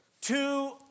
Two